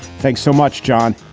thanks so much, john.